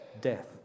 death